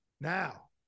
now